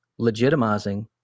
legitimizing